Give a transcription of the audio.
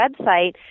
website